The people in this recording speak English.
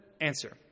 answer